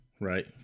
right